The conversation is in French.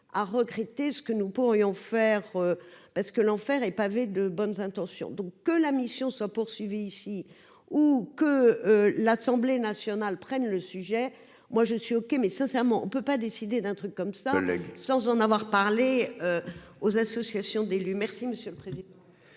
à regretter ce que nous pourrions faire parce que l'enfer est pavé de bonnes intentions, donc que la mission soit poursuivie ici ou que l'Assemblée nationale prenne le sujet, moi je suis OK mais sincèrement, on ne peut pas décider d'un truc comme ça, le sans en avoir parlé aux associations d'élus, merci monsieur le président.